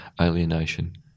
alienation